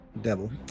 Devil